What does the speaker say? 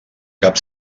cap